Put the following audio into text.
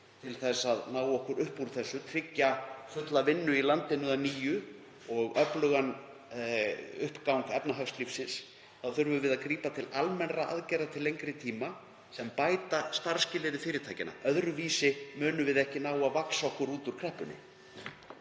til þess að ná okkur upp úr þessu, tryggja fulla vinnu í landinu að nýju og öflugan uppgang efnahagslífsins, þá þurfum við að grípa til almennra aðgerða til lengri tíma sem bæta (Forseti hringir.) starfsskilyrði fyrirtækjanna. Öðruvísi munum við ekki ná að vaxa út úr kreppunni.